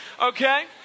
Okay